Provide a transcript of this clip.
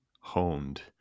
honed